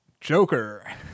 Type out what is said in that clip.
Joker